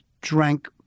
drank